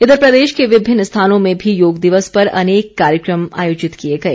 इधर प्रदेश के विभिन्न स्थानों में भी योग दिवस पर अनेक कार्यक्रम आयोजित किए गए